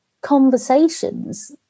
conversations